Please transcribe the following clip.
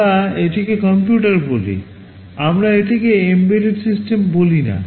আমরা এটিকে কম্পিউটার বলি আমরা এটিকে এমবেডেড সিস্টেম বলি না